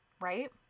right